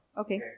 Okay